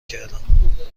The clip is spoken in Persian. کردم